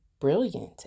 brilliant